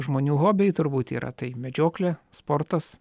žmonių hobiai turbūt yra tai medžioklė sportas